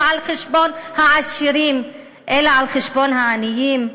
על חשבון העשירים אלא על חשבון העניים,